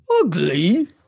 Ugly